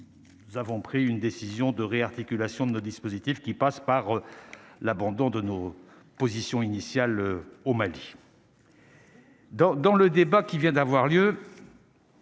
nous avons pris une décision de réarticulation de dispositifs qui passe par l'abandon de nos positions initiales au Mali. Dans dans le débat qui vient d'avoir lieu.